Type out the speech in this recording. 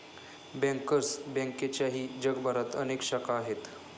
bankers बँकेच्याही जगभरात अनेक शाखा आहेत